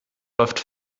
läuft